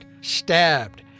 stabbed